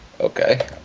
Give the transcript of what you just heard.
Okay